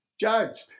judged